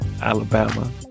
alabama